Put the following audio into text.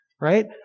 right